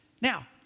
Now